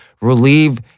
relieve